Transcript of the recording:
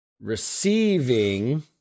Receiving